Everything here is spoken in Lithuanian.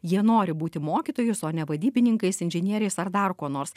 jie nori būti mokytojais o ne vadybininkais inžinieriais ar dar kuo nors